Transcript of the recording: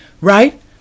right